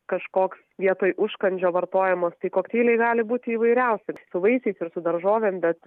kažkoks vietoj užkandžio vartojimas tai kokteiliai gali būti įvairiausi ir su vaisiais ir su daržovėm bet